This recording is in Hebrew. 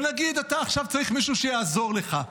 ונגיד שאתה עכשיו צריך מישהו שיעזור לך.